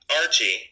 Archie